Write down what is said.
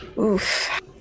Oof